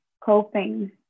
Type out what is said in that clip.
coping